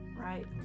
Right